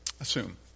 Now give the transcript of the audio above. assume